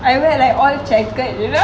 I wear like all checkered you know